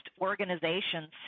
organizations